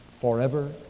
forever